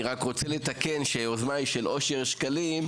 אני רק רוצה לתקן שהיוזמה היא של אושר שקלים,